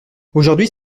aujourd’hui